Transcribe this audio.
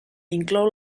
inclou